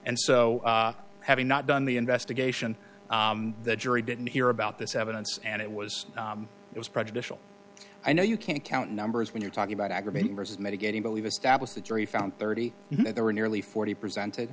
and so having not done the investigation the jury didn't hear about this evidence and it was it was prejudicial i know you can't count numbers when you're talking about aggravating versus mitigating believe established the jury found thirty there were nearly forty presented